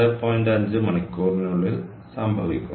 5 മണിക്കൂറിനുള്ളിൽ സംഭവിക്കുന്നു